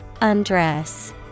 Undress